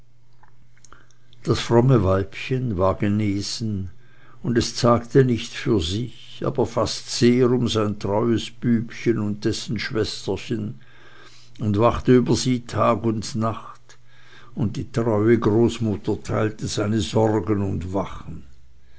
das fromme weibchen war genesen und es zagte nicht für sich aber fast sehr um sein treues bübchen und dessen schwesterchen und wachte über sie tag und nacht und die treue großmutter teilte seine sorgen und wachen